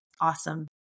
awesome